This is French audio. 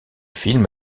film